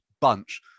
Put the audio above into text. bunch